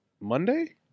Monday